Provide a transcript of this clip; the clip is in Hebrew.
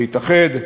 להתאחד,